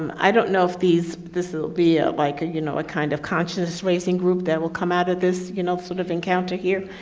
um i don't know if this will be ah like a, you know, a kind of consciousness raising group that will come out of this, you know, sort of encounter here.